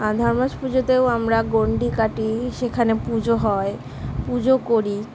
আর ধর্মরাজ পুজোতেও আমরা গণ্ডি কাটি সেখানে পুজো হয় পুজো করি